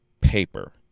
paper